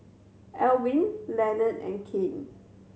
Alwine Lenord and Kane